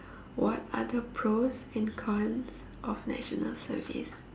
what are the pros and cons of National Service